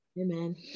amen